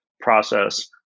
process